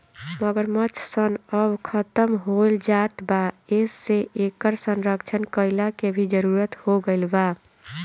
मगरमच्छ सन अब खतम होएल जात बा एसे इकर संरक्षण कईला के भी जरुरत हो गईल बा